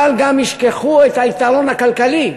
אבל גם ישכחו את היתרון הכלכלי